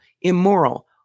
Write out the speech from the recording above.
immoral